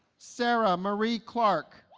sara marie clark